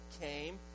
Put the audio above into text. came